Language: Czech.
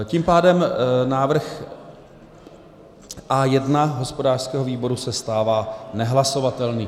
Tím pádem návrh A1 hospodářského výboru se stává nehlasovatelným.